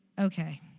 Okay